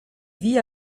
vit